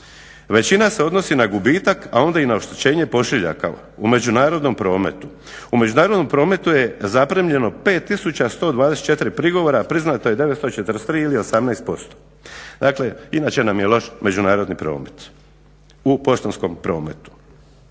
Većina se odnosi na gubitak, a onda i na oštećenje pošiljaka u međunarodnom prometu. U međunarodnom prometu je zaprimljeno 5124 prigovora, a priznato je 943 ili 18%. Dakle inače nam je loš međunarodni promet u poštanskom prometu.